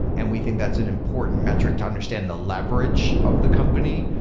and we think that's an important metric to understand. the leverage of the company,